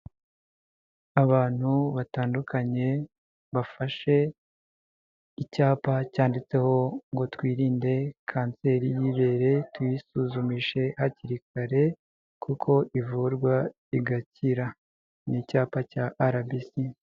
Abantu batandukanye, bafashe icyapa cyanditseho ngo twirinde kanseri y'ibere tuyisuzumishe hakiri kare, kuko ivurwa igakira ni icyapa cya arabisi.